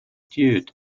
dude